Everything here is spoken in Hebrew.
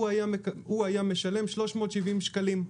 הוא היה משלם 370 שקלים.